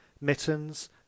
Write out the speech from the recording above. Mittens